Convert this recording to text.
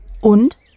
und